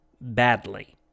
Badly